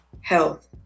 health